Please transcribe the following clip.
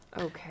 Okay